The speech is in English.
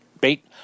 bait